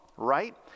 right